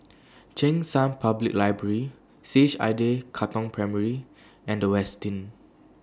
Cheng San Public Library C H I J Katong Primary and Westin